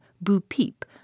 boo-peep